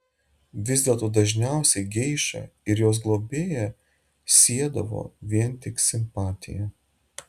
vis dėlto dažniausiai geišą ir jos globėją siedavo vien tik simpatija